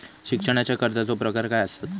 शिक्षणाच्या कर्जाचो प्रकार काय आसत?